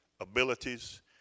abilities